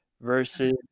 versus